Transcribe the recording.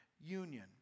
union